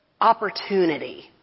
opportunity